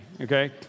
okay